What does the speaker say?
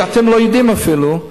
שאתם לא יודעים אפילו?